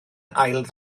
ail